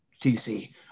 TC